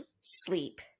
sleep